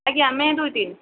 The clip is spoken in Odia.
ଆଜ୍ଞା ମେ' ଦୁଇ ତିନି